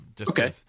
Okay